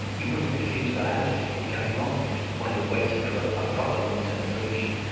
you wouldn't refuse dialysis to be going on with while you're waiting for a proper long-term solution.